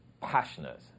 passionate